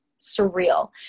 surreal